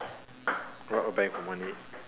rob a bank for money